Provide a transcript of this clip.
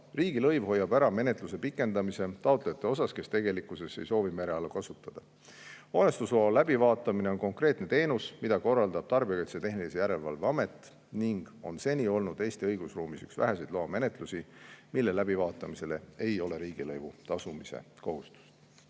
Riigilõiv hoiab ära menetluse pikenemise taotlejate tõttu, kes tegelikkuses ei soovi mereala kasutada. Hoonestusloa läbivaatamine on konkreetne teenus, mida korraldab Tarbijakaitse ja Tehnilise Järelevalve Amet. See on seni olnud Eesti õigusruumis üks väheseid loamenetlusi, mille läbivaatamisel ei ole olnud riigilõivu tasumise kohustust.